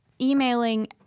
emailing